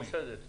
ממוסדת.